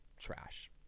trash